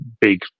big